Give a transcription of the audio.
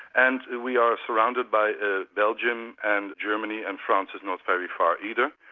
and we are surrounded by ah belgium and germany and france is not very far either,